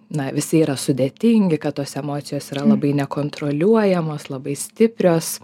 na visi yra sudėtingi kad tos emocijos yra labai nekontroliuojamos labai stiprios